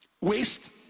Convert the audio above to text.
waste